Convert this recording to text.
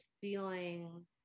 feeling